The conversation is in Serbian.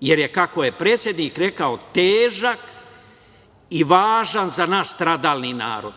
jer je, kako je predsednik rekao, težak i važan za naš stradalni narod.